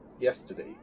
yesterday